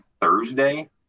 Thursday